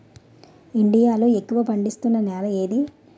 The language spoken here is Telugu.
ఇండియా లో ఎక్కువ పండిస్తున్నా నేల ఏది?